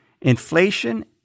inflation